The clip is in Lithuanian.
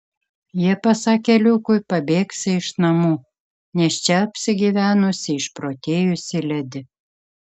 jie pasakė liukui pabėgsią iš namų nes čia apsigyvenusi išprotėjusi ledi